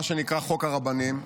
מה שנקרא חוק הרבנים.